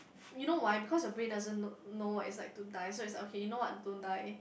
you know why because your brain doesn't know know what it's like to die so it's like okay you know what don't die